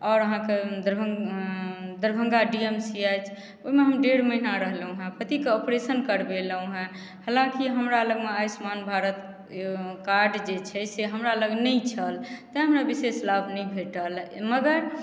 आओर अहाँके Darbhanga D M C H ओहिमे हम डेढ़ महिना रहलहुँ हेँ पतिके ऑपरेशन करबेलहुँ हेँ हाँलाकि हमरा लगमे आयुष्मान भारत कार्ड जे छै से हमरा लग नहि छल तैँ हमरा विशेष लाभ नहि भेटल मगर